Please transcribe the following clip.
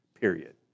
period